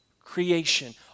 creation